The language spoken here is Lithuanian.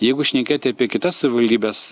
jeigu šnekėti apie kitas savivaldybes